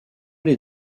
les